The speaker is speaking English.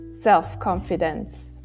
self-confidence